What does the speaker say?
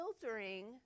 filtering